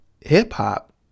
hip-hop